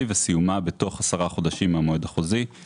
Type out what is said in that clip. וסיומה בתום עשרה חודשים מהמועד החוזי.";